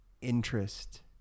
interest